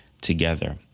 together